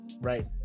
right